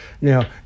Now